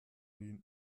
die